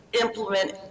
implement